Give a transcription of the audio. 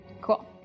Cool